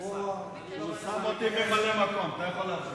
הוא שם אותי ממלא-מקום, אתה יכול להמשיך.